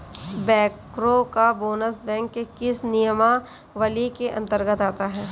बैंकरों का bonus bank के किस नियमावली के अंतर्गत आता है?